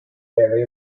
vary